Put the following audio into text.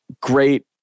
great